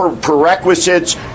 prerequisites